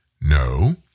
No